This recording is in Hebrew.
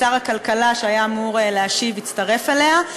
שר הכלכלה שהיה אמור להשיב, הצטרף אליה.